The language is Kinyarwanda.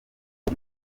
uwo